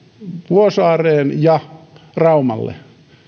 vuosaareen ja raumalle